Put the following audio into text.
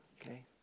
okay